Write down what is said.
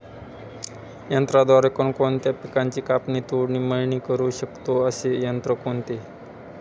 यंत्राद्वारे कोणकोणत्या पिकांची कापणी, तोडणी, मळणी करु शकतो, असे यंत्र कोणते?